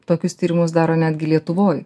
tokius tyrimus daro netgi lietuvoj